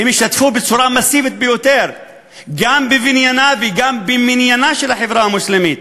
הן השתתפו בצורה מסיבית ביותר בבניינה ומניינה של החברה המוסלמית,